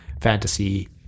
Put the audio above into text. fantasy